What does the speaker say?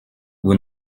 vous